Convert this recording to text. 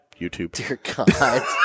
YouTube